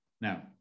Now